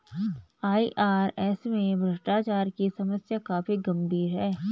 IRS में भ्रष्टाचार की समस्या काफी गंभीर है